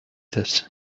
that